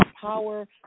power